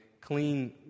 clean